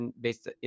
based